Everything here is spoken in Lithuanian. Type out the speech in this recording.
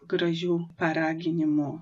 gražių paraginimo